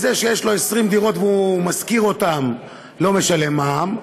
אז זה שיש לו 20 דירות והוא משכיר אותן לא משלם מע"מ,